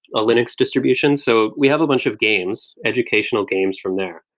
a linux distribution. so we have a bunch of games, educational games from there.